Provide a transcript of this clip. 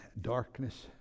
darkness